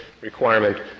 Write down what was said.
requirement